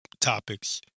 topics